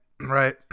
right